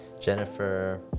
Jennifer